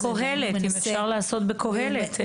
למשל אם אפשר לעשות התמחות ב"קהלת".